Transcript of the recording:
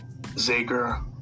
zager